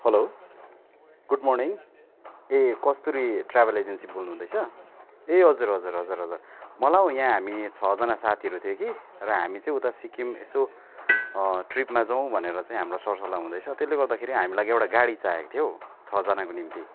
hello good morning ए Kasturi travel agency बोल्नु हुँदैछ ए हजुर हजुर हजुर हजुर मलाई हौ यहाँ हामी छ जाना साथीहरू थियो कि र हामी चाहिँ उता सिक्किम यसो ट्रिपमा जाउँ भनेर चाहिँ हाम्रो सरसल्लाह हुँदैछ त्यसले गर्दाखेरि हामीलाई एउटा चाहिएको थियो हौ छजनाको निम्ति